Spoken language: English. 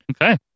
Okay